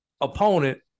opponent